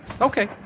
Okay